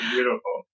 Beautiful